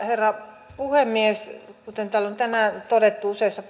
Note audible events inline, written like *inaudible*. herra puhemies kuten täällä on tänään todettu useissa *unintelligible*